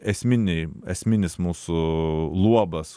esminiai esminis mūsų luobas